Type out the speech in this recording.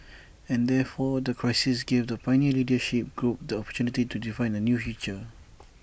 and therefore that crisis gave the pioneer leadership group the opportunity to define A new future